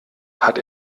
hat